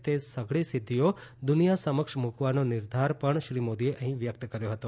તે સઘળી સિઘ્ઘિઓ દુનિયા સમક્ષ મૂકવાનો નિર્ધાર પણ શ્રી મોદીએ અહી વ્યક્ત કર્યો હતો